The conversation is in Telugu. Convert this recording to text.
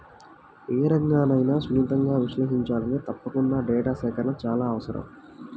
ఏ రంగన్నైనా సునిశితంగా విశ్లేషించాలంటే తప్పకుండా డేటా సేకరణ చాలా అవసరం